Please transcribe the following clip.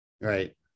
Right